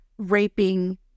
raping